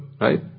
right